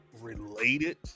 related